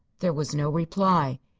there was no reply.